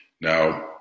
Now